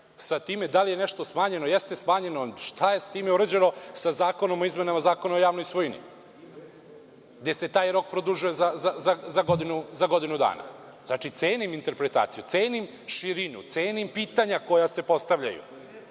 sa time da li je nešto smanjeno, jeste smanjeno, šta je sa time urađeno sa Zakonom o izmenama Zakona o javnoj svojini, gde se taj rok produžava za godinu dana. Znači, cenim interpretaciju, cenim širinu, cenim pitanja koja se postavljaju,